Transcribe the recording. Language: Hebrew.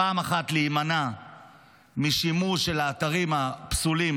פעם אחת להימנע משימוש באתרים הפסולים